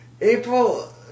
April